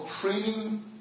training